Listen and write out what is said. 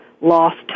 lost